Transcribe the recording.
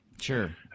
Sure